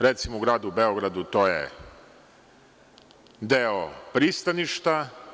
Recimo, u gradu Beogradu to je deo pristaništa.